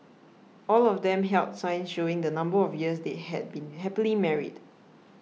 all of them held signs showing the number of years they had been happily married